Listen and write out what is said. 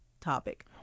topic